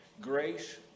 Grace